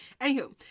anywho